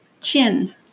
Chin